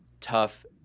tough